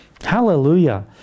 Hallelujah